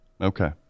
Okay